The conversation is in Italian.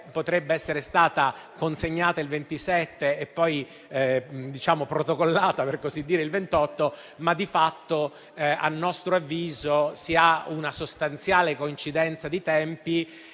potrebbe essere stata consegnata il 27 e poi protocollata il 28, ma di fatto, a nostro avviso, si ha una sostanziale coincidenza di tempi.